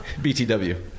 BTW